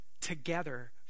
together